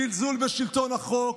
זלזול בשלטון החוק,